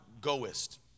goest